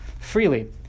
freely